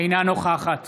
אינה נוכחת